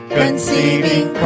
conceiving